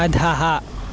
अधः